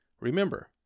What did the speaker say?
remember